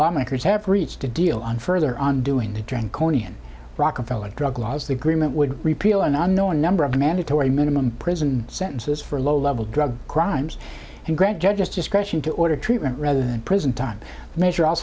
lawmakers have reached a deal on further on doing drunk corney and rockefeller drug laws the agreement would repeal an unknown number of mandatory minimum prison sentences for low level drug crimes and grant judge's discretion to order treatment rather than prison time measure al